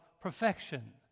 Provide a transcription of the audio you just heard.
perfection